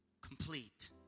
complete